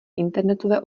internetové